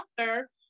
author